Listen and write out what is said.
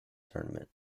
tournament